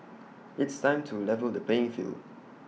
it's time to level the playing field